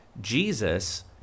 Jesus